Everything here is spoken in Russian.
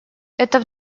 это